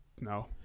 No